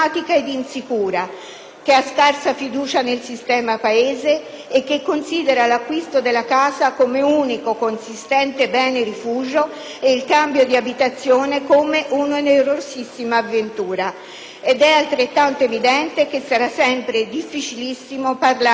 che ha scarsa fiducia nei sistema Paese e che considera l'acquisto della casa come unico consistente bene rifugio e il cambio di abitazione come un'onerosissima avventura. Ed è altrettanto evidente che sarà sempre difficilissimo parlare di flessibilità